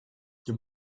the